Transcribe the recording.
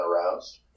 aroused